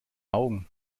augen